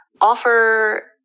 offer